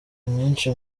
nyinshi